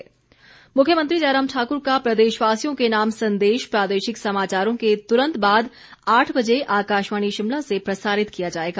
मुख्यमंत्री मुख्यमंत्री जयराम ठाकुर का प्रदेशवासियों के नाम संदेश प्रादेशिक समाचारों के तुरंत बाद आठ बजे आकाशवाणी शिमला से प्रसारित किया जाएगा